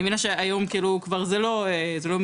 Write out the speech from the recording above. אני מאמינה שהיום כבר זה לא --- אוקיי.